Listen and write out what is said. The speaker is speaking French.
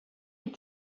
est